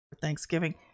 thanksgiving